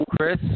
Chris